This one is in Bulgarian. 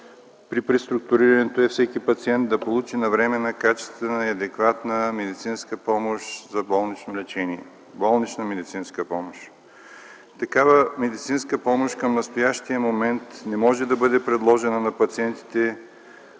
при преструктурирането е всеки пациент да получи навременна, качествена и адекватна медицинска помощ за болнично лечение – болнична медицинска помощ. Такава медицинска помощ към настоящия момент не може да бъде предложена на пациентите